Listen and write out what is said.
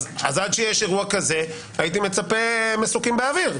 אז עד שיש אירוע כזה הייתי מצפה מסוקים באוויר.